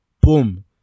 Boom